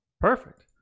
Perfect